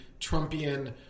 Trumpian